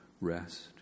rest